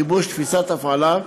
גיבוש תפיסת הפעלה,